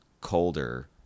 colder